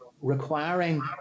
requiring